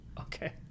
Okay